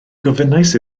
gofynnais